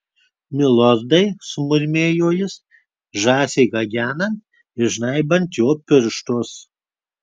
milordai sumurmėjo jis žąsiai gagenant ir žnaibant jo pirštus